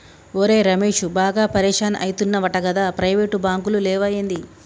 ఒరే రమేశూ, బాగా పరిషాన్ అయితున్నవటగదా, ప్రైవేటు బాంకులు లేవా ఏంది